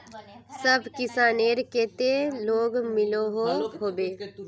सब किसानेर केते लोन मिलोहो होबे?